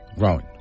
growing